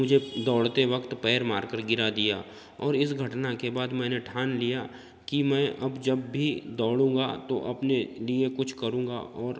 मुझे दौड़ते वक्त पैर मार कर गिरा दिया और इस घटना के बाद मैंने ठान लिया कि मैं अब जब भी दौड़ूँगा तो अपने लिए कुछ करूंगा और